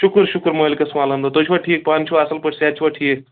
شُکُر شُکُر مٲلکَس کُن الحمداللہ تُہۍ چھُوا ٹھیٖک پانہٕ چھُوا اَصٕل پٲٹھۍ صحت چھُوا ٹھیٖک